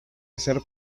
hacer